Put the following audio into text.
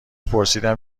پرسیدم